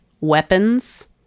weapons